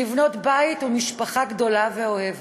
לבנות בית ומשפחה גדולה ואוהבת,